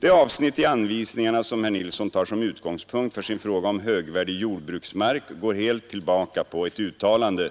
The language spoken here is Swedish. Det avsnitt i anvisningarna som herr Nilsson tar som utgångspunkt för sin fråga om högvärdig jordbruksmark går helt tillbaka på ett uttalande